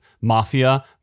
mafia